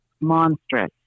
monstrous